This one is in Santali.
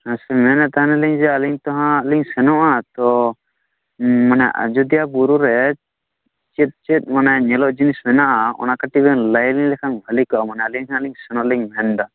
ᱢᱮᱱᱮᱫ ᱛᱟᱦᱮᱱᱟᱞᱤᱧ ᱡᱮ ᱟᱹᱞᱤ ᱛᱚ ᱦᱟᱜ ᱥᱮᱱᱚᱜᱼᱟ ᱛᱚ ᱢᱟᱱᱮ ᱟᱡᱚᱫᱤᱭᱟ ᱵᱩᱨᱩ ᱨᱮ ᱪᱮᱫ ᱪᱮᱫ ᱧᱮᱞᱚᱜ ᱡᱤᱱᱤᱥ ᱢᱮᱱᱟᱜᱼᱟ ᱚᱱᱟ ᱠᱟᱹᱴᱤᱡ ᱵᱮᱱ ᱞᱟᱹᱭᱟᱞᱤᱧ ᱞᱮᱠᱷᱟᱱ ᱵᱷᱟᱞᱮ ᱠᱚᱜᱼᱟ ᱢᱟᱱᱮ ᱟᱹᱞᱤᱧ ᱦᱟᱜ ᱞᱤᱧ ᱥᱮᱱᱚᱜ ᱞᱤᱧ ᱢᱮᱱᱫᱟ